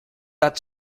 that